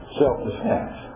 self-defense